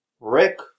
Rick